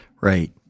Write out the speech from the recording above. Right